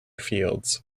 fields